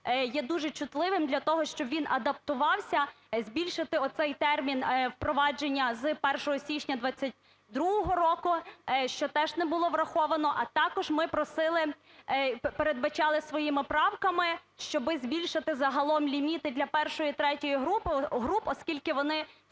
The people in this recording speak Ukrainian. є дуже чутливим, для того, щоб він адаптувався, збільшити оцей термін впровадження з 1 січня 22 року, що теж не було враховано. А також ми просили… передбачали своїми правками, щоб збільшити загалом ліміти для першої-третьої груп, оскільки вони